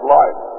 life